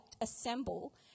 assemble